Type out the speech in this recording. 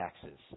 taxes